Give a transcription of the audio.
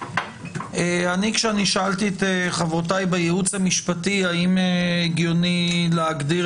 כשאני שאלתי את חברותיי בייעוץ המשפטי האם הגיוני להגדיר